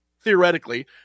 theoretically